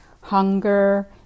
hunger